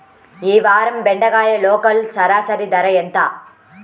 ఈ వారం బెండకాయ లోకల్ సరాసరి ధర ఎంత?